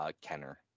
Kenner